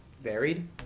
varied